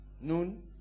noon